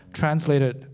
translated